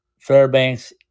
Fairbanks